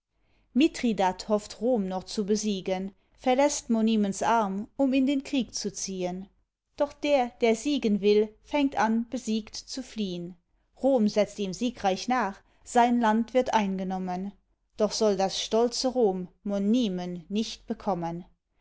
mithridat hofft rom noch zu besiegen verläßt monimens arm um in den krieg zu ziehn doch der der siegen will fängt an besiegt zu fliehn rom setzt ihm siegreich nach sein land wird eingenommen doch soll das stolze rom monimen nicht bekommen